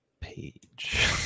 page